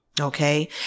Okay